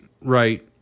right